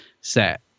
set